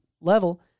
level